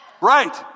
right